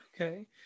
Okay